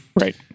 Right